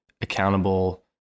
accountable